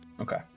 Okay